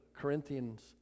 Corinthians